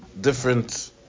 different